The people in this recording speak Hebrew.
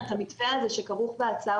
המתווה הזה שכרוך בהצעה,